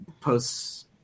posts